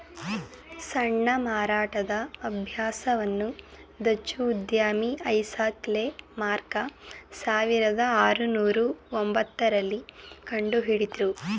ಸಣ್ಣ ಮಾರಾಟದ ಅಭ್ಯಾಸವನ್ನು ಡಚ್ಚು ಉದ್ಯಮಿ ಐಸಾಕ್ ಲೆ ಮಾರ್ಗ ಸಾವಿರದ ಆರುನೂರು ಒಂಬತ್ತ ರಲ್ಲಿ ಕಂಡುಹಿಡುದ್ರು